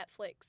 Netflix